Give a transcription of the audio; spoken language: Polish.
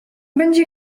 będzie